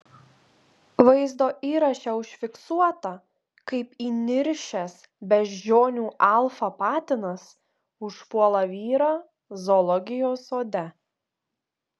vaizdo įraše užfiksuota kaip įniršęs beždžionių alfa patinas užpuola vyrą zoologijos sode